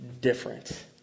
different